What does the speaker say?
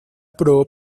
pro